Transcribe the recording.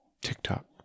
TikTok